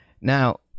now